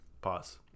pause